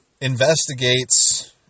investigates